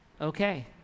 okay